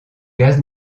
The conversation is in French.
gaz